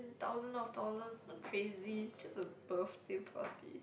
thousand of dollars crazy is just a birthday party